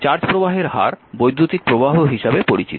charge প্রবাহের হার বৈদ্যুতিক প্রবাহ হিসাবে পরিচিত